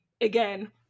again